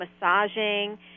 massaging